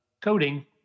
coding